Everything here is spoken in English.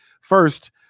first